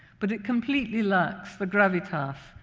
but it completely lacks the gravitas,